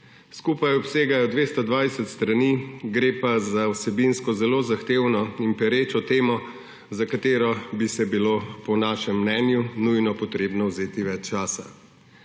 Skupaj obsegajo 220 strani, gre pa za vsebinsko zelo zahtevno in perečo temo, za katero bi si bilo po našem mnenju nujno potrebno vzeti več časa.